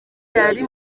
yari